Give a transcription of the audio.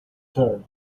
turn